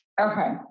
okay